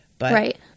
Right